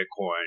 bitcoin